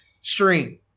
stream